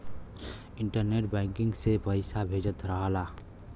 internet banking से पइसा भेजत रहला